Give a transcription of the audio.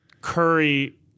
Curry